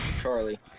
Charlie